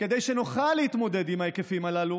כדי שנוכל להתמודד עם ההיקפים הללו